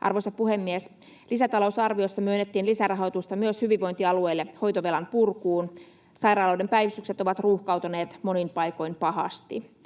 Arvoisa puhemies! Lisätalousarviossa myönnettiin lisärahoitusta myös hyvinvointialueille hoitovelan purkuun. Sairaaloiden päivystykset ovat ruuhkautuneet monin paikoin pahasti.